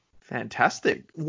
Fantastic